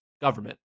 government